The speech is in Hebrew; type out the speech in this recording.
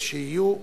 שיהיו.